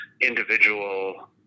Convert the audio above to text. individual